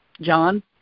John